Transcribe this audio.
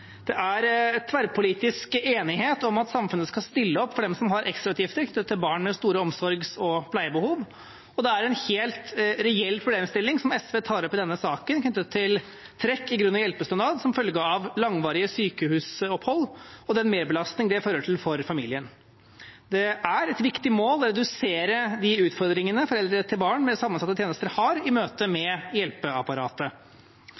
Det er tverrpolitisk enighet om at samfunnet skal stille opp for dem som har ekstrautgifter knyttet til barn med store omsorgs- og pleiebehov, og det er en helt reell problemstilling SV tar opp i denne saken knyttet til trekk i grunn- og hjelpestønad som følge av langvarige sykehusopphold og den merbelastningen det fører til for familien. Det er et viktig mål å redusere de utfordringene foreldre til barn med behov for sammensatte tjenester har i møte